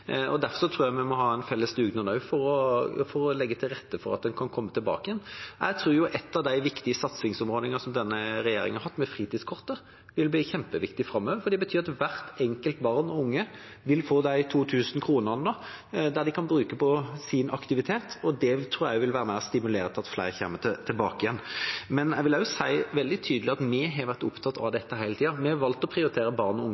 tror jeg også vi må ha en felles dugnad for å legge til rette for at de kan komme tilbake igjen. Jeg tror ett av de viktige satsingsområdene som denne regjeringa har hatt, er fritidskortet. Det vil bli kjempeviktig framover, for det betyr at barn og unge, hver enkelt av dem, vil få inntil 2 000 kr som de kan bruke på sin aktivitet. Det tror jeg også vil være med og stimulere til at flere kommer tilbake igjen. Men jeg vil også si veldig tydelig at vi har vært opptatt av dette hele tida. Vi har valgt å prioritere barn og unge